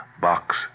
Box